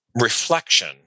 reflection